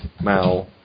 Mal